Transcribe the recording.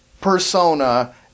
persona